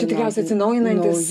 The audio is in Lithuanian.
čia tikriausiai atsinaujinantis